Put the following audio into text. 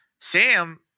Sam